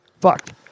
Fucked